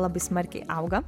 labai smarkiai auga